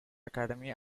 academy